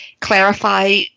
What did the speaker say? clarify